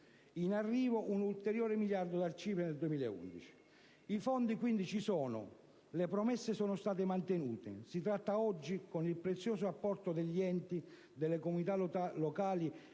del CIPE un altro miliardo nel 2011. I fondi quindi ci sono. Le promesse sono state mantenute. Si tratta oggi, con il prezioso apporto degli enti, delle comunità locali